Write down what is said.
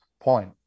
point